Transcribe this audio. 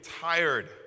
tired